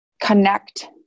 connect